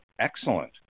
excellent